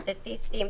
סטטיסטיים,